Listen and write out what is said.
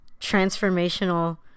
transformational